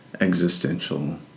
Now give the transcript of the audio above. existential